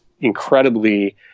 incredibly